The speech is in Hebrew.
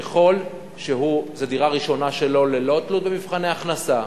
ככל שזו דירה ראשונה שלו, ללא תלות במבחני הכנסה,